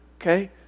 okay